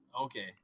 Okay